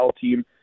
team